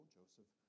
Joseph